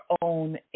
own